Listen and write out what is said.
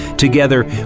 Together